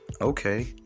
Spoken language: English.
Okay